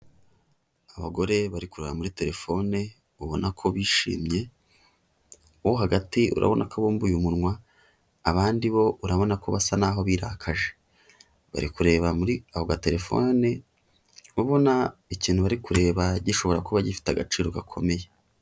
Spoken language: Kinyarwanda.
Abagore bari kureba muri telefone, ubona ko bishimye uwo hagati urabona ko abumbuye umunwa, abandi bo urabona ko basa naho birakaje, bari kureba muri ako gatelefone ubona ikintu bari kureba gishobora kuba gifite agaciro gakomeye.